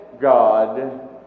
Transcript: God